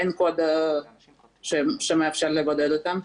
אין קוד שמאפשר לבודד אותם.